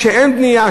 כשאין בנייה,